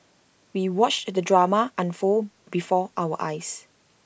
we watched the drama unfold before our eyes